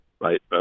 Right